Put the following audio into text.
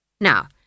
Now